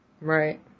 Right